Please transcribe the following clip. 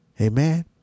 Amen